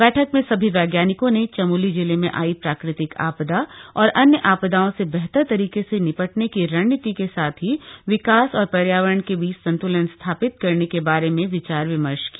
बैठक में सभी वैज्ञानिकों ने चमोली जिले में आई प्राकृतिक आपदा और अन्य आपदाओं से बेहतर तरीके से निपटने की रणनीति के साथ ही विकास और पर्यावरण के बीच संत्रलन स्थापित करने के बारे में विचार विमर्श किया